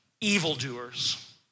evildoers